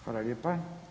Hvala lijepa.